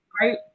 right